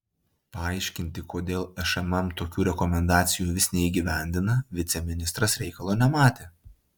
paaiškinti kodėl šmm tokių rekomendacijų vis neįgyvendina viceministras reikalo nematė